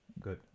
good